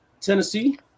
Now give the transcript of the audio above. Tennessee